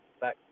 Back